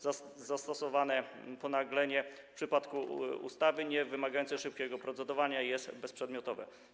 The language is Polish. Zastosowane ponaglenie w przypadku ustawy niewymagającej szybkiego procedowania jest bezprzedmiotowe.